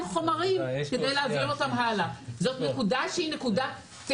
חומרים כדי להעביר אותם הלאה - זו נקודה טכנית.